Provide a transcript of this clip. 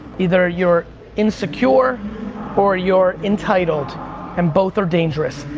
either you're insecure or you're entitled and both are dangerous.